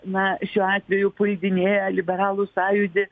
na šiuo atveju puldinėja liberalų sąjūdį